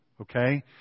okay